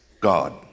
God